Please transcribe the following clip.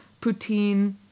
poutine